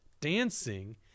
dancing